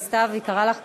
סתיו, היא קראה לך קודם,